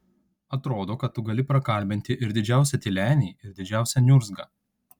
atrodo kad tu gali prakalbinti ir didžiausią tylenį ir didžiausią niurzgą